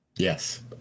yes